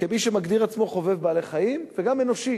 כמי שמגדיר את עצמו חובב בעלי-חיים וגם אנושי